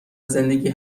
زندگی